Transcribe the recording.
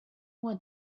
want